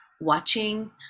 watching